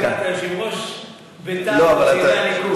יושב-ראש בית"ר וצעירי הליכוד.